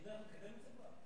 תדאג לקדם את זה כבר?